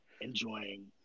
enjoying